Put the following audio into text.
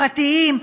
פרטיים,